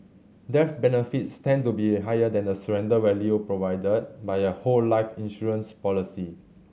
death benefits tend to be higher than the surrender value provided by a whole life insurance policy